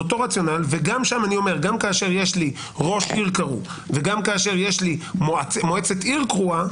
וגם כאשר יש לי ראש עיר קרוא וגם כאשר יש לי מועצה מקומית קרואה,